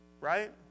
right